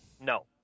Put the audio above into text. No